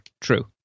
true